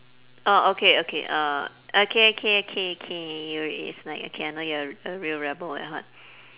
orh okay okay uh okay K K K you is like okay I know you're a re~ a real rebel at heart